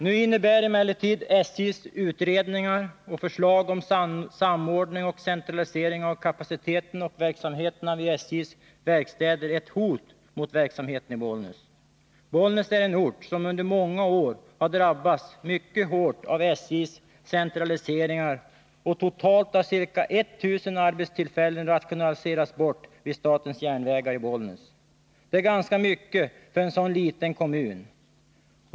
Nu innebär emellertid SJ:s utredningar och förslag om samordning och centralisering av kapaciteten och verksamheterna vid SJ:s verkstäder ett hot mot verksamheten i Bollnäs. Bollnäs är en ort som under många år har drabbats mycket hårt av SJ:s centraliseringar, och totalt har ca 1000 arbetstillfällen rationaliserats bort vid statens järnvägar i Bollnäs. Detta är ganska mycket för en så liten kommun.